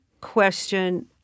question